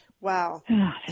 Wow